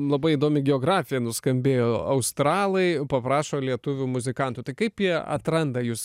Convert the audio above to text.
labai įdomi geografija nuskambėjo australai paprašo lietuvių muzikantų tai kaip jie atranda jus